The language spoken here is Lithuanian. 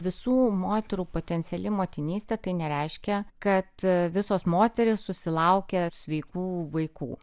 visų moterų potenciali motinystė tai nereiškia kad visos moterys susilaukia sveikų vaikų